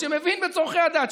שמבין בצורכי הדת,